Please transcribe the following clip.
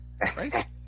right